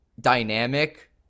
dynamic